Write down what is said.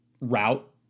route